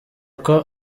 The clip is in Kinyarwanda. uko